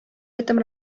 этом